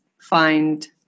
find